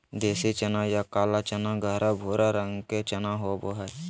देसी चना या काला चना गहरा भूरा रंग के चना होबो हइ